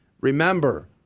Remember